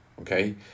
okay